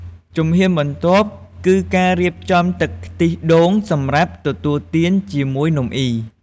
ជំហានបន្ទាប់គឺការរៀបចំទឹកខ្ទិះដូងសម្រាប់ទទួលទានជាមួយនំអុី។